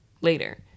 later